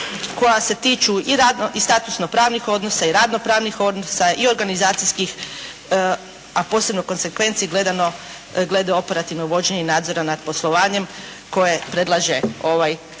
koja se tiče i statusno pravnih odnosa i radno pravnih odnosa i organizacijskih a posebno konzekvenci gledano glede operativnog vođenja i nadzora nad poslovanjem, koje predlaže ovaj Zakon